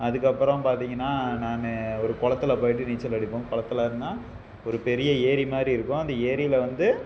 அதுக்கப்புறம் பார்த்தீங்கன்னா நான் ஒரு குளத்துல போய்விட்டு நீச்சல் அடிப்போம் குளத்துலன்னா ஒரு பெரிய ஏரி மாதிரி இருக்கும் அந்த ஏரியில் வந்து